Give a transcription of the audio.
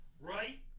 Right